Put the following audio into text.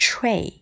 Tray